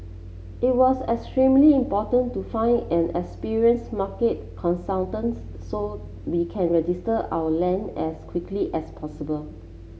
it was extremely important to find an experienced market consultants so we can register our land as quickly as possible